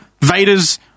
Vader's